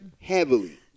heavily